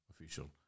official